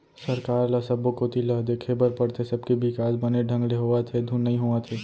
सरकार ल सब्बो कोती ल देखे बर परथे, सबके बिकास बने ढंग ले होवत हे धुन नई होवत हे